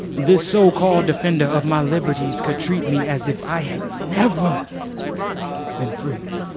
this so-called defender of my liberties could treat me as if i had never been freed.